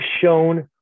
shown